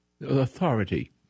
Authority